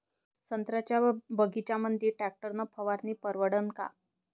संत्र्याच्या बगीच्यामंदी टॅक्टर न फवारनी परवडन का?